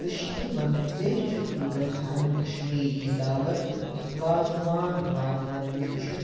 کٔشیٖرِ منٛز بیٚیہِ چھُس بہٕ ویٚژھان کشمیٖری دعوت یَتھ وازٕوان یِوان وَننہٕ چھِ